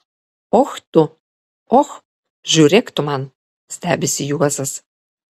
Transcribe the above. och tu och žiūrėk tu man stebisi juozas